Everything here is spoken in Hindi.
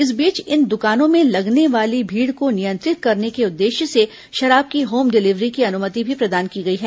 इस बीच इन दुकानों में लगने वाली भीड़ को नियंत्रित करने के उद्देश्य से शराब की होम डिलिवरी की अनुमति भी प्रदान की गई है